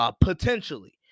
Potentially